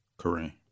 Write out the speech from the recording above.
Kareem